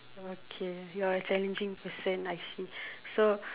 okay you're a challenging person I see so